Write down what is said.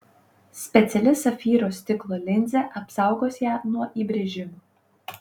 speciali safyro stiklo linzė apsaugos ją nuo įbrėžimų